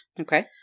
Okay